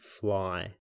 fly